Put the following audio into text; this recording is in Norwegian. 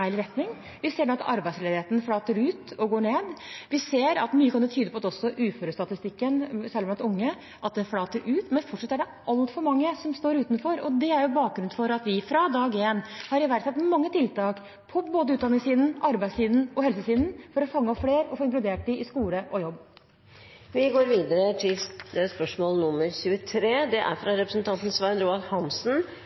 retning. Vi ser nå at arbeidsledigheten flater ut og går ned, vi ser at mye kan tyde på at uførestatistikken, særlig blant unge, flater ut. Men fortsatt er det altfor mange som står utenfor, og det er bakgrunnen for at vi fra dag én har iverksatt mange tiltak på både utdanningssiden, arbeidssiden og helsesiden for å fange opp flere og få inkludert dem i skole og jobb. Jeg tillater meg å stille følgende spørsmål